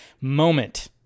moment